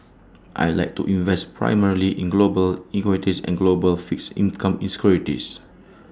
I Like to invest primarily in global equities and global fixed income